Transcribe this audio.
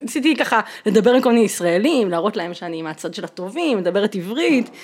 רציתי ככה לדבר עם כל מיני ישראלים להראות להם שאני מהצד של הטובים מדברת עברית